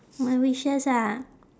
my wishes ah